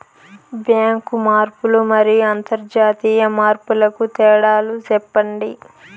Bank మార్పులు మరియు అంతర్జాతీయ మార్పుల కు తేడాలు సెప్పండి?